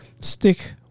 stick